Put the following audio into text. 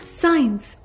science